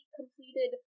completed